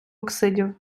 оксидів